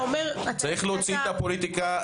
אומר --- צריך להוציא את הפוליטיקה,